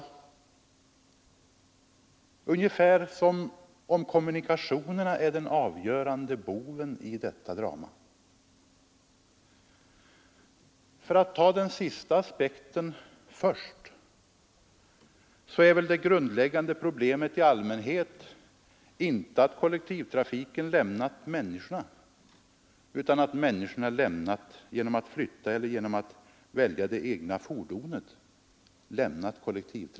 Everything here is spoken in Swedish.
Man säger det som om kommunikationerna skulle vara boven i detta drama. För att bemöta den sista aspekten först vill jag säga att det grundläggande problemet väl i allmänhet inte är att kollektivtrafiken har lämnat människorna utan att människorna har lämnat kollektivtrafiken genom att flytta eller genom att välja det egna fordonet.